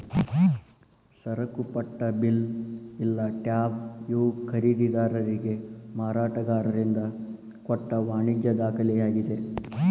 ಸರಕುಪಟ್ಟ bill ಇಲ್ಲಾ tab ಇವು ಖರೇದಿದಾರಿಗೆ ಮಾರಾಟಗಾರರಿಂದ ಕೊಟ್ಟ ವಾಣಿಜ್ಯ ದಾಖಲೆಯಾಗಿದೆ